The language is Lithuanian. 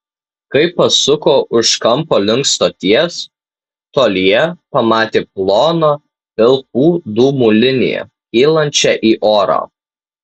kai pasuko už kampo link stoties tolyje pamatė ploną pilkų dūmų liniją kylančią į orą